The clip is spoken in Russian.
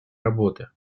работы